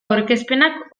aurkezpenak